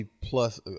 plus